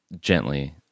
gently